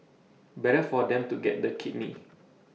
better for them to get the kidney